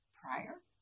prior